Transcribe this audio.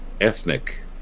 ethnic